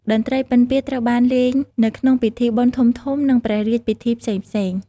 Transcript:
តន្ត្រីពិណពាទ្យត្រូវបានលេងនៅក្នុងពិធីបុណ្យធំៗ និងព្រះរាជពិធីផ្សេងៗ។